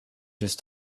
just